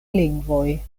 lingvoj